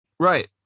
Right